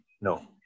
no